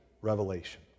revelation